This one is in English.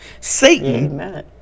Satan